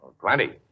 Plenty